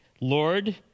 lord